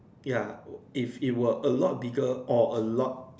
ya if if it were a lot bigger or a lot